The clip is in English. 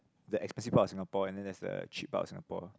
the expensive part of Singapore and then there's the cheap part of Singapore